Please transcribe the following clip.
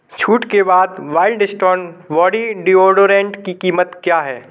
छूट के बाद वाइल्ड स्टोन बॉडी डिओडोरेंट की कीमत क्या है